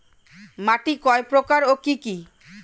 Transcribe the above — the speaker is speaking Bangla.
মাটি কয় প্রকার ও কি কি?